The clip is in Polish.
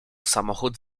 samochód